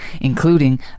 including